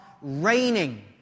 raining